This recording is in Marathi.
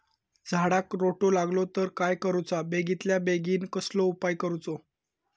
झाडाक रोटो लागलो तर काय करुचा बेगितल्या बेगीन कसलो उपाय करूचो?